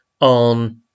on